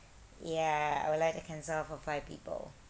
ya I would like to cancel off for five people